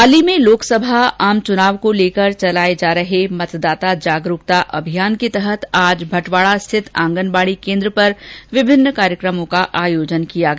पाली में लोकसभा आमचुनाव को लेकर चलाए जा रहे मतदाता जागरूकता अभियान के तहत आज भटवाडा स्थित आंगनवाडी केन्द्र पर विभिन्न कार्यक्रमों का आयोजन किया गया